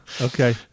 Okay